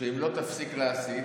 אם לא תפסיק להסית,